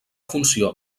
funció